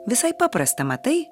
visai paprasta matai